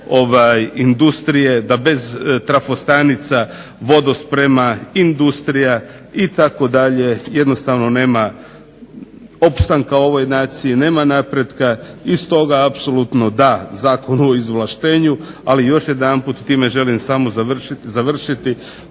da bez trafostanica, vodosprema industrija itd. jednostavno nema opstanka ovoj naciji nema napretka. I stoga apsolutno da Zakonu o izvlaštenju. Ali još jedanput time želim završiti